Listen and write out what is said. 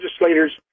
legislators